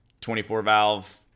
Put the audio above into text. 24-valve